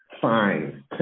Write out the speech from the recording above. fine